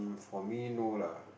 for me no lah